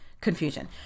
confusion